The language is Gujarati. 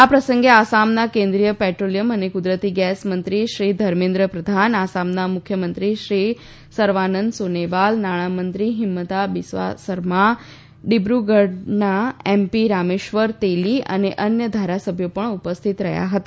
આ પ્રસંગે આસામના કેન્દ્રીય પેટ્રોલિયમ અને કુદરતી ગેસ મંત્રી શ્રી ધર્મેન્દ્ર પ્રધાન આસામના મુખ્યમંત્રી શ્રી સર્વાનંદ સોનોવાલ નાણાંમંત્રી હિંમંતા બિસ્વા સરમા ડિબ્રગઢનાએમપી રામેશ્વર તેલી અને અન્ય ધારાસભ્યો પણ ઉપસ્થિત રહ્યા હતા